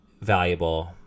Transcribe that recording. valuable